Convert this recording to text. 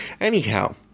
Anyhow